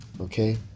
Okay